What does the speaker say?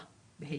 31.12